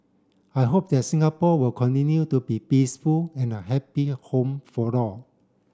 I hope that Singapore will continue to be peaceful and a happy home for all